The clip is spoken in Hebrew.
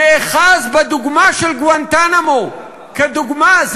נאחז בגואנטנמו כדוגמה.